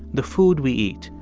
the food we eat,